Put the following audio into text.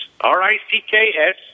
R-I-C-K-S